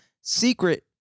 secret